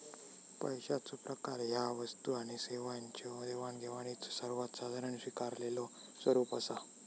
पैशाचो प्रकार ह्या वस्तू आणि सेवांच्यो देवाणघेवाणीचो सर्वात साधारण स्वीकारलेलो स्वरूप असा